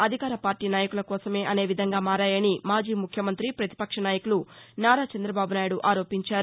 అధికార పార్టీ నాయకుల కోసమే అదేవిధంగా మారాయని మాజీ ముఖ్యమంత్రి ప్రతిపక్ష నాయకులు నారా చంద్రబాబు నాయుడు ఆరోపించారు